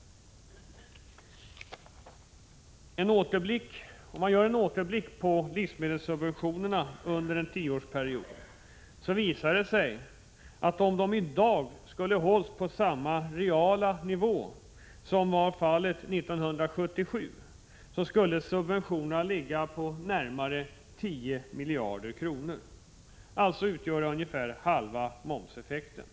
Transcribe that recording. Om man gör en återblick på livsmedelssubventionerna under en tioårsperiod visar det sig, att om de i dag skulle hållas på samma reala nivå som 1977, skulle de ligga på närmare 10 miljarder kronor och alltså utgöra ungefär halva momseffekten.